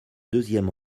deuxième